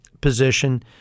position